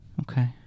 Okay